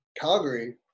Calgary